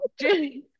Jenny